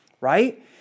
right